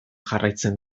jarraitzen